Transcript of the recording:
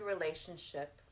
relationship